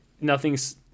nothing's